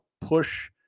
push